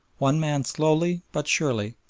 one man slowly but surely,